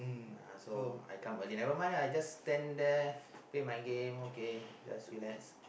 uh so I come early never mind ah I just stand there play my game okay just relax